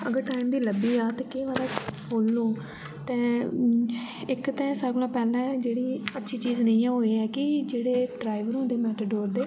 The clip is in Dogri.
अगर टाइम दी लब्भी आ केह् पता फुल्ल होग ते इक ते सारें कोला पैह्ले अच्छी चीज जेह्ड़ी नेईं ऐ ओह् एह् ऐ कि जेह्ड़े ड्राइवर होंदे मेटाडोर दे